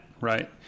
right